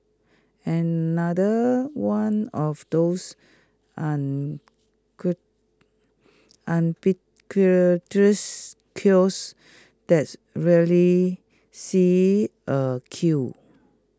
another one of those kiosks that rarely sees A queue